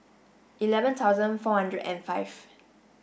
eleven thousand four hundred and five